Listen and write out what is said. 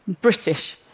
British